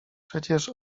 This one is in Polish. przecież